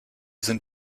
sind